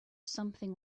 something